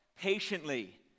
patiently